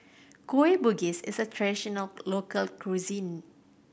Kueh Bugis is a traditional local cuisine